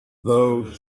though